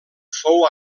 fou